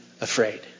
afraid